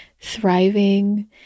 thriving